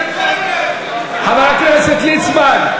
חבר הכנסת ליצמן.